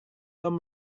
tom